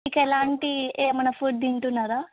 మీకు ఎలాంటి ఏమైనా ఫుడ్ తింటున్నారా